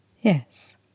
Yes